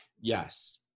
Yes